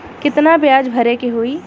कितना ब्याज भरे के होई?